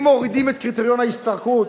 אם מורידים את קריטריון ההשתכרות,